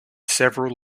several